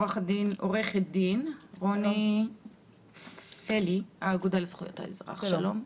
עורכת דין רוני פלי, האגודה לזכויות האזרח, שלום.